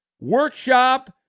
workshop